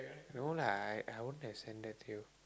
no lah I I won't have send that to you